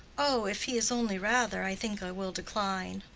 oh, if he is only rather, i think i will decline.